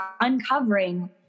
uncovering